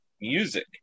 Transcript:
Music